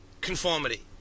conformity